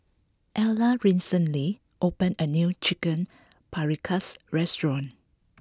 Illa recently opened a new Chicken Paprikas restaurant